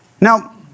Now